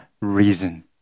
reason